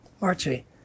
Archie